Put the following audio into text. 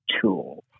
tools